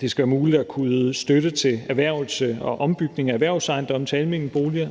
det skal være muligt at kunne yde støtte til erhvervelse og ombygning af erhvervsejendomme til almene boliger,